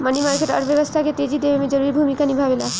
मनी market अर्थव्यवस्था के तेजी देवे में जरूरी भूमिका निभावेला